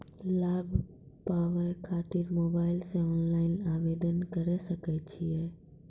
लाभ पाबय खातिर मोबाइल से ऑनलाइन आवेदन करें सकय छियै?